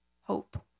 hope